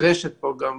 נדרשת פה גם